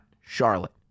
Charlotte